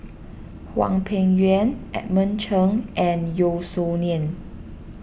Hwang Peng Yuan Edmund Cheng and Yeo Song Nian